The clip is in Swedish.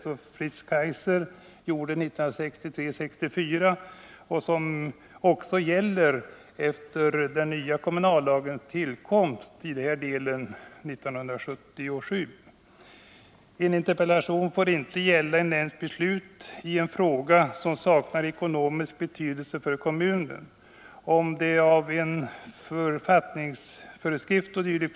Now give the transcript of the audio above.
Undersökningen ledde till bl.a. följande slutsats som utgör en ytterligare bevisning för vilken avgränsning som skall gälla: En interpellation får inte gälla en nämnds beslut i en fråga som saknar ekonomisk betydelse för kommunen, om det av en författningsföreskrift e.d.